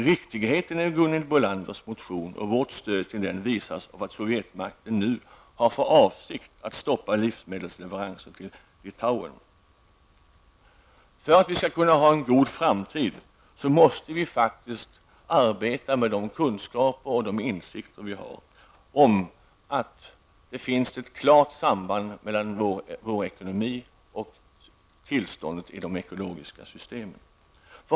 Riktigheten i Gunhild Bolanders motion och vårt stöd till den visas av att Sovjetmakten nu har för avsikt att stoppa livsmedelsleveranserna till Litauen. För att vi skall få en god framtid måste vi faktiskt arbeta med de kunskaper och de insikter som vi har och inse att det finns ett klart samband mellan vår ekonomi och tillståndet i de ekologiska systemen.